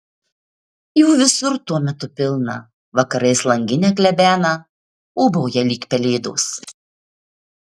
jų visur tuo metu pilna vakarais langinę klebena ūbauja lyg pelėdos